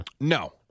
No